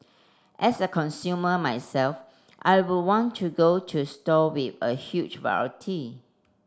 as a consumer myself I would want to go to store with a huge variety